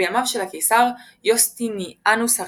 בימיו של הקיסר יוסטיניאנוס הראשון.